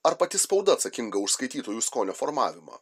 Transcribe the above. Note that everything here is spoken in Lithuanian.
ar pati spauda atsakinga už skaitytojų skonio formavimą